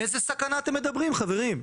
על איזו סכנה אתם מדברים, חברים?